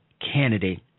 candidate